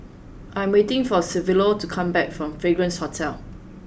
I am waiting for Silvio to come back from Fragrance Hotel